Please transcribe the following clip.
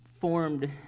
formed